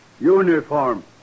Uniform